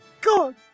god